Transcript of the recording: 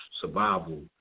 survival